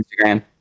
Instagram